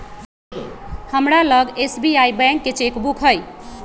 हमरा लग SBI bank के चेक बुक हइ